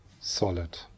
solid